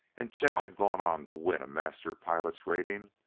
and chet had gone on to win a master-pilot's rating,